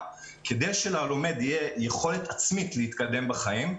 כדי שללומד תהיה יכולת עצמית להתקדם בחיים.